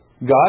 God